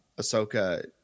Ahsoka